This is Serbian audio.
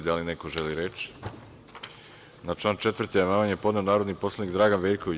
Da li neko želi reč? (Ne) Na član 4. amandman je podneo narodni poslanik Dragan Veljković.